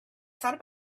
thought